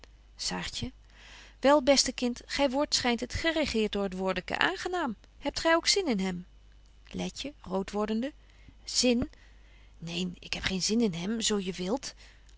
saartje wel beste kind gy wordt schynt het geregeert door het woordeke aangenaam hebt gy ook zin in hem letje rood wordende zin neen ik heb geen zin in hem zo je wilt